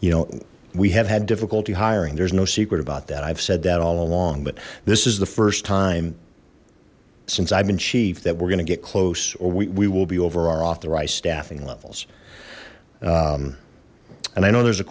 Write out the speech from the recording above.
you know we have had difficulty hiring there's no secret about that i've said that all along but this is the first time since i've been chief that we're gonna get close or we will be over our authorized staffing levels and i know there's a